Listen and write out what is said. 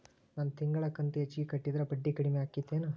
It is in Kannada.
ನನ್ ತಿಂಗಳ ಕಂತ ಹೆಚ್ಚಿಗೆ ಕಟ್ಟಿದ್ರ ಬಡ್ಡಿ ಕಡಿಮಿ ಆಕ್ಕೆತೇನು?